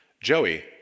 Joey